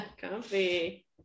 comfy